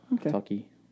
Kentucky